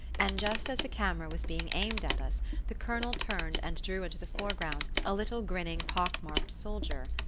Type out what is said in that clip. and just as the camera was being aimed at us the colonel turned and drew into the foreground a little grinning pock-marked soldier.